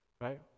right